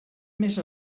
més